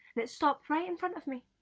and it stopped right in front of me.